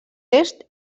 est